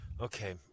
Okay